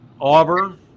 Auburn